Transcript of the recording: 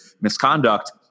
misconduct